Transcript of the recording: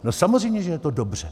No samozřejmě že je to dobře.